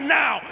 now